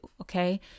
okay